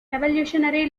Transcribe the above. revolutionary